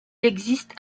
existe